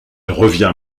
revient